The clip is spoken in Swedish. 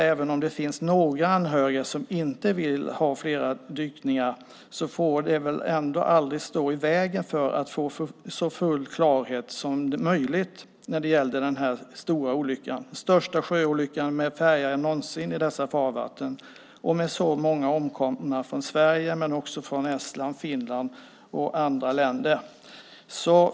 Även om det finns några anhöriga som inte vill ha flera dykningar får det väl aldrig stå i vägen för att få så full klarhet som möjligt när det gäller den här stora olyckan. Det är den största sjöolyckan med färja någonsin i dessa farvatten med så många omkomna från Sverige, Estland, Finland och andra länder.